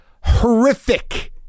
horrific